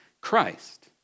Christ